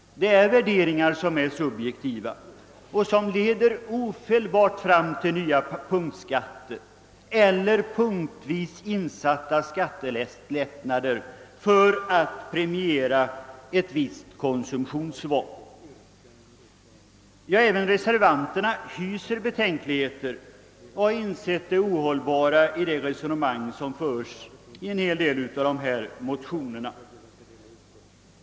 Det är subjektiva värderingar, som ofelbart leder fram till nya punktskatter eller till punktvis insatta skattelättnader för att premiera ett visst konsumtionsval. Även reservanterna hyser betänkligheter därvidlag och har insett det ohållbara i en del resonemang som förs i motionerna.